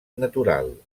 natural